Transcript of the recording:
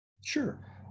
Sure